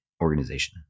organization